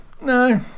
No